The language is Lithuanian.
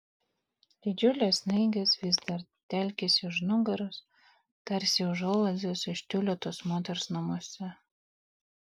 didžiulės snaigės vis dar telkėsi už nugaros tarsi užuolaidos iš tiulio tos moters namuose